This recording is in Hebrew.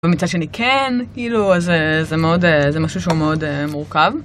ומצד שני כן, כאילו זה, זה מאוד... זה משהו שהוא מאוד מורכב.